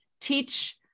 teach